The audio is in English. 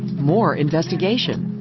more investigation.